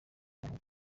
umuntu